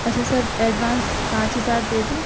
اچھا sir advance پانچ ہزار دے دوں